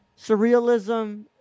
Surrealism